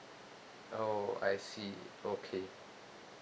oh I see okay